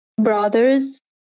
brothers